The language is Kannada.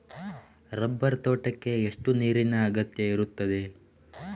ರಬ್ಬರ್ ತೋಟಕ್ಕೆ ಎಷ್ಟು ನೀರಿನ ಅಗತ್ಯ ಇರುತ್ತದೆ?